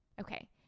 Okay